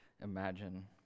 imagine